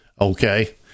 okay